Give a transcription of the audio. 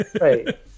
right